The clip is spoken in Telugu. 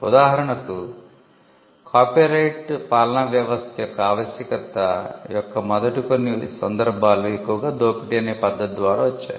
ఉదాహరణకు కాపీరైట్ పాలన యొక్క ఆవశ్యకత యొక్క మొదటి కొన్ని సందర్భాలు ఎక్కువగా దోపిడీ అనే పద్ధతి ద్వారా వచ్చాయి